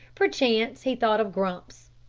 perchance he thought of grumps,